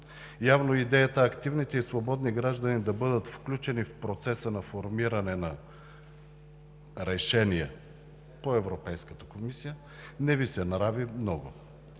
Явно идеята активните и свободни граждани да бъдат включени в процеса на формиране на решения по Европейската комисия не Ви се нрави много.